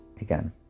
again